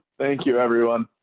thank you everyone.